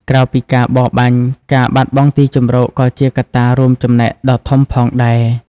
ក្រៅពីការបរបាញ់ការបាត់បង់ទីជម្រកក៏ជាកត្តារួមចំណែកដ៏ធំផងដែរ។